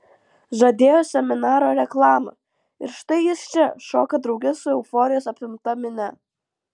žadėjo seminaro reklama ir štai jis čia šoka drauge su euforijos apimta minia